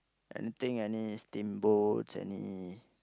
anything any steamboats any